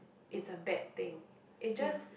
it's a bad thing it just